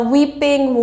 Weeping